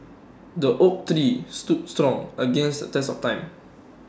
the oak tree stood strong against the test of time